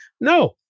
No